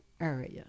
area